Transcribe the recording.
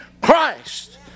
Christ